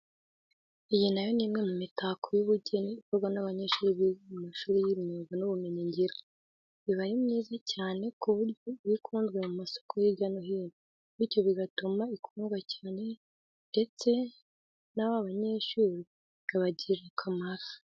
Iyi na yo ni imwe mu mitako y'ubugeni ikorwa n'abanyeshuri biga mu mashuri y'imyuga n'ibumenyingiro. Iba ari myiza cyane ku buryo iba ukunzwe ku masoko hirya no hino. Bityo bigatuma igurwa cyane ndetse n'aba banyeshuri bikabagirira akamaro.